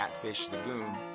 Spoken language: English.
CATFISHTHEGOON